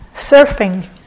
surfing